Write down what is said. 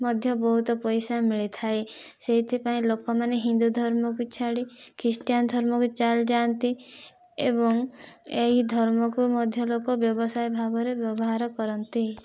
ମଧ୍ୟ ବହୁତ ପଇସା ମିଳିଥାଏ ସେଇଥି ପାଇଁ ଲୋକ ମାନେ ହିନ୍ଦୁ ଧର୍ମକୁ ଛାଡ଼ି ଖ୍ରୀଷ୍ଟିଆନ ଧର୍ମକୁ ଚାଲି ଯାଆନ୍ତି ଏବଂ ଏହି ଧର୍ମକୁ ମଧ୍ୟ ଲୋକ ବ୍ୟବସାୟ ଭାବରେ ବ୍ୟବହାର କରନ୍ତି